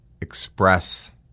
express